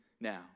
now